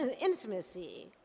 intimacy